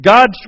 God